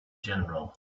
general